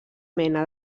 mena